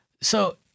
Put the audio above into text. So-